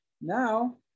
now